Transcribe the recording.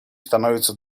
становятся